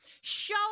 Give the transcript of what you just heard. Show